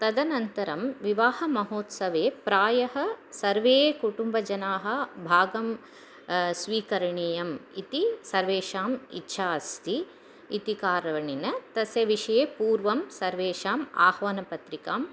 तदनन्तरं विवाहमहोत्सवे प्रायः सर्वे कुटुम्बजनाः भागं स्वीकरणीयम् इति सर्वेषाम् इच्छा अस्ति इति कारणेन तस्य विषये पूर्वं सर्वेषाम् आह्वानपत्रिकां